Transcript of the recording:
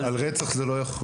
על רצח זה לא יחול.